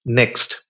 next